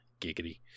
giggity